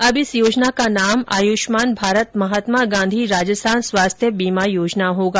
अब इस योजना का नाम आयुष्मान भारत महात्मा गांधी राजस्थान स्वास्थ्य बीमा योजना होगा